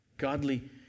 Godly